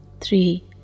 three